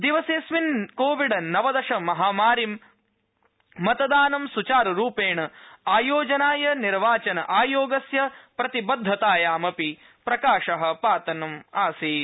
दिवसेऽस्मिन् Covid नवदश महामार्यां मतदानं सुचारुरूपेण आयोजनाय निर्वाचन आयोगस्य प्रतिबद्धतायामपि प्रकाश पातनम् आसीत्